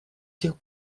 сих